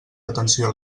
atenció